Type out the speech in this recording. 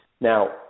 Now